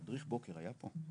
תדריך בוקר היה פה?